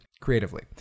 creatively